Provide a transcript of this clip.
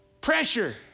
pressure